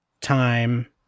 time